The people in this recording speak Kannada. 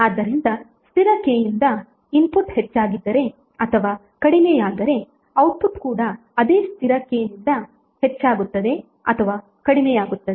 ಆದ್ದರಿಂದ ಸ್ಥಿರ K ಯಿಂದ ಇನ್ಪುಟ್ ಹೆಚ್ಚಾಗಿದ್ದರೆ ಅಥವಾ ಕಡಿಮೆಯಾದರೆ ಔಟ್ಪುಟ್ ಕೂಡ ಅದೇ ಸ್ಥಿರ K ನಿಂದ ಹೆಚ್ಚಾಗುತ್ತದೆ ಅಥವಾ ಕಡಿಮೆಯಾಗುತ್ತದೆ